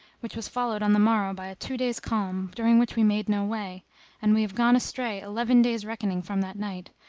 which was followed on the morrow by a two days' calm during which we made no way and we have gone astray eleven days reckoning from that night,